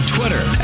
Twitter